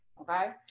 okay